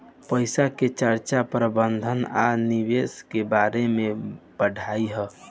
पईसा के खर्चा प्रबंधन आ निवेश के बारे में पढ़ाई ह